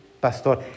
pastor